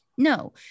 No